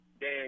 Dan